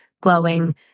glowing